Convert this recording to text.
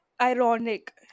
ironic